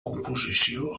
composició